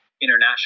international